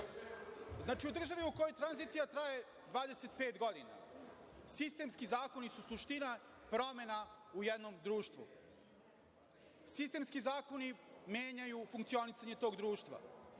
Znači, u državi u kojoj tranzicija traje 25 godina, sistemski zakoni su suština promena u jednom društvu. Sistemski zakoni menjaju funkcionisanje tog društva